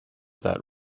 that